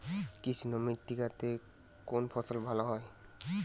কৃষ্ণ মৃত্তিকা তে কোন ফসল ভালো হয়?